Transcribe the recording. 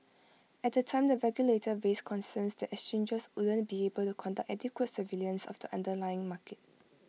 at the time the regulator raised concerns that exchanges wouldn't be able to conduct adequate surveillance of the underlying market